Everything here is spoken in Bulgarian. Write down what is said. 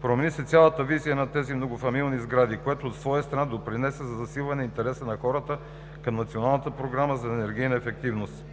Промени се цялата визия на тези многофамилни сгради, което от своя страна допринесе за засилване интереса на хората към Националната програма за енергийната ефективност.